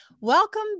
Welcome